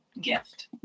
gift